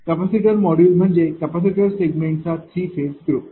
capacitor module म्हणजे capacitor segment चा three phase group